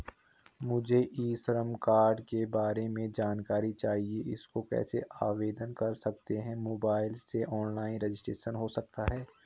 मुझे e Shram card के बारे में जानकारी चाहिए इसको कैसे आवेदन कर सकते हैं मोबाइल से ऑनलाइन रजिस्ट्रेशन हो सकता है?